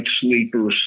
sleeper